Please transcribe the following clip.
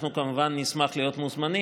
אנחנו כמובן נשמח להיות מוזמנים,